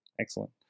Excellent